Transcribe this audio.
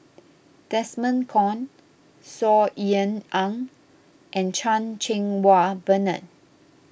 Desmond Kon Saw Ean Ang and Chan Cheng Wah Bernard